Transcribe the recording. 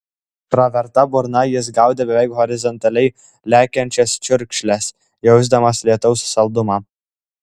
praverta burna jis gaudė beveik horizontaliai lekiančias čiurkšles jausdamas lietaus saldumą